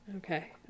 Okay